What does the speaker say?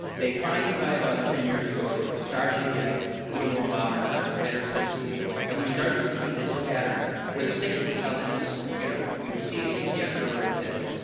they finally, by about ten years ago, they were starting to get a little more modernized, better systems and we started to see this pattern where the states were telling us, you know, you would see a cps member that said,